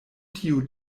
tiu